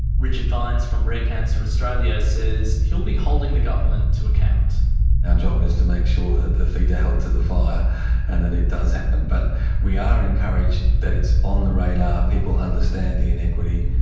richard vines from rare cancer australia says he'll be holding the government to account. our job is to make sure that the feet are held to the fire and that it does happen, but we are encouraged that it's on the radar, people understand the inequity,